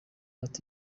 bata